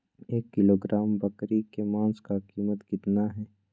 एक किलोग्राम बकरी के मांस का कीमत कितना है?